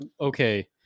okay